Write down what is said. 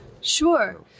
Sure